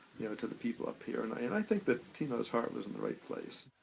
you know, to the people up here. and, i and i think that teno's heart was in the right place.